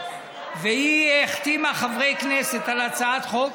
והיא החתימה חברי כנסת על הצעת חוק